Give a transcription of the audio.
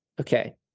Okay